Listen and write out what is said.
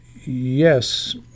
yes